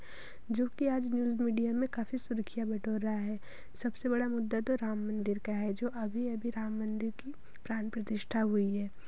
जो कि आज न्यूज मीडिया में काफ़ी सुर्खियाँ बटोर रहा है सबसे बड़ा मुद्दा तो राम मंदिर का है जो अभी अभी राम मंदिर की प्राण प्रतिष्ठा हुई है